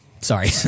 Sorry